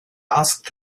asked